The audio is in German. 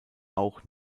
auch